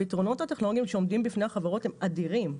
הפתרונות הטכנולוגיים שעומדים בפני החברות הם אדירים.